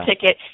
ticket